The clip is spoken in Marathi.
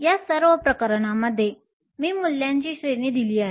या सर्व प्रकरणांमध्ये मी मूल्यांची श्रेणी दिली आहे